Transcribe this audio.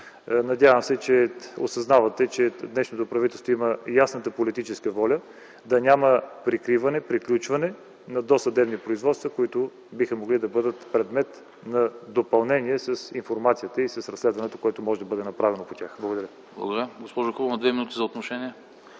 Надявам се, осъзнавате, че днешното правителство има ясната политическа воля да няма прикриване и приключване на досъдебни производства, които биха могли да бъдат предмет на допълнение с информацията и с разследването, което може да бъде направено по тях. Благодаря.